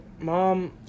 Mom